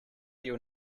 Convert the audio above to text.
your